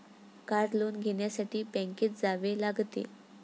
car loan घेण्यासाठी बँकेत जावे लागते